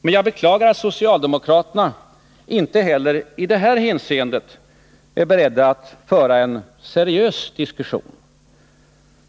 Men jag beklagar att socialdemokraterna inte heller i det hänseendet är beredda att föra en seriös diskussion.